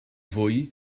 fwy